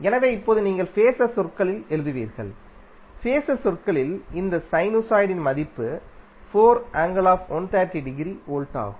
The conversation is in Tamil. எனவே இப்போது நீங்கள் ஃபேஸர் சொற்களில் எழுதுவீர்கள் ஃபேஸர் சொற்களில் இந்த சைனுசாய்டின் மதிப்பு டிகிரி வோல்ட் ஆகும்